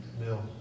bill